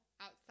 outside